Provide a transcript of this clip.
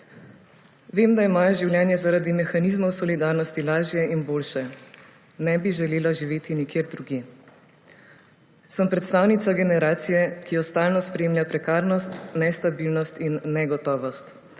Vem, da je moje življenje zaradi mehanizmov solidarnosti lažje in boljše, ne bi želela živeti nikjer drugje. Sem predstavnica generacije, ki jo stalno spremlja prekarnost, nestabilnost in negotovost.